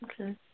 Okay